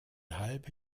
halbe